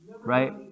Right